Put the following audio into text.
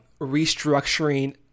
restructuring